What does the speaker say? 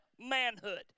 manhood